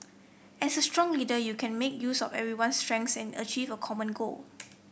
as a strong leader you can make use of everyone's strengths and achieve a common goal